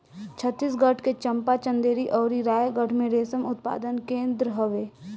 छतीसगढ़ के चंपा, चंदेरी अउरी रायगढ़ में रेशम उत्पादन केंद्र हवे